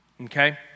okay